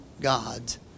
gods